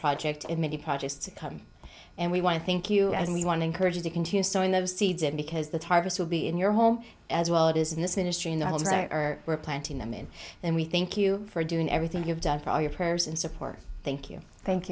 project and many projects to come and we want to thank you and we want to encourage you to continue storing the seeds and because the targets will be in your home as well it is in this ministry in the homes are where planting them in and we thank you for doing everything you've done for all your prayers and support thank you thank